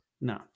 No